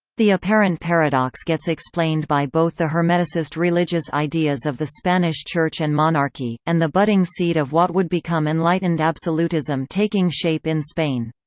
the apparent paradox gets explained by both the hermeticist religious ideas of the spanish church and monarchy, and the budding seed of what would become enlightened absolutism taking shape in spain.